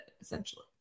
essentially